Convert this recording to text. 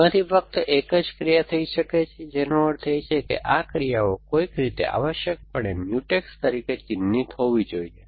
તેમાંથી ફક્ત એક જ ક્રિયા થઈ શકે છે જેનો અર્થ છે કે આ ક્રિયાઓ કોઈક રીતે આવશ્યકપણે Mutex તરીકે ચિહ્નિત હોવી જોઈએ